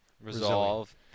Resolve